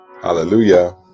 Hallelujah